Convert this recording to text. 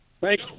Thank